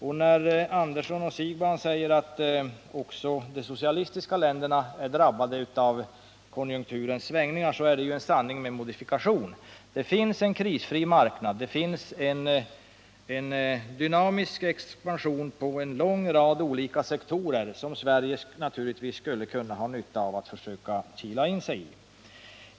När Sven Andersson och Bo Siegbahn säger att också de socialistiska länderna är drabbade av konjunkturens svängningar är detta en sanning med modifikation, eftersom det där finns en krisfri marknad och det förekommer en dynamisk expansion på en lång rad olika sektorer, som Sverige naturligtvis skulle ha nytta av att försöka kila in sig i.